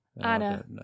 Anna